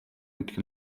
мэдэх